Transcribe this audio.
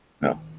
No